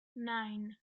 nine